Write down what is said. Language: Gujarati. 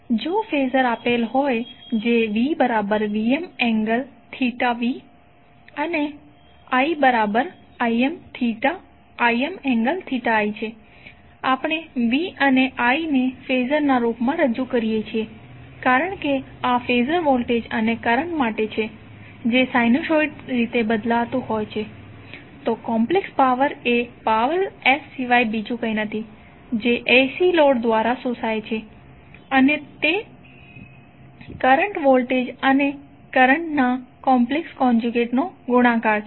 જો ફેઝર આપેલ છે જે VVmv અને IImi છે આપણે V અને I ને ફેઝર ના રૂપમાં રજૂ કરીએ છીએ કારણ કે આ ફેઝર વોલ્ટેજ અને કરંટ માટે છે જે સાઇનોસોઈડ રીતે બદલાતું હોય છે તો કોમ્પ્લેક્સ પાવર એ પાવર S સિવાય કઇ નથી જે AC લોડ દ્વારા શોષાય છે અને તે કરંટના વોલ્ટેજ અને કરંટના કોમ્પ્લેક્સ કોન્ઝયુગેટ નો ગુણાકાર છે